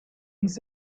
his